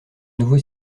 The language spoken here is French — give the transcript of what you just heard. nouveau